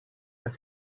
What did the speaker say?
dass